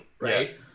right